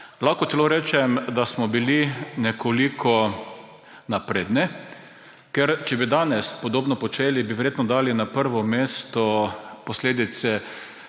Lahko celo rečem, da smo bili nekoliko napredni, ker če bi danes podobno počeli, bi verjetno dali na prvo mesto posledice